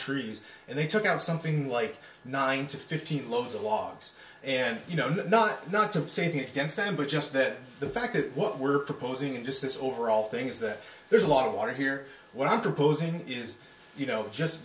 trees and they took out something like nine to fifteen loads of logs and you know not not to say anything against them but just that the fact that what we're proposing in just this overall things that there's a lot of water here what i'm proposing is you know just